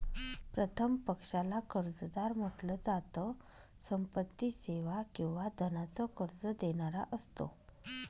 प्रथम पक्षाला कर्जदार म्हंटल जात, संपत्ती, सेवा किंवा धनाच कर्ज देणारा असतो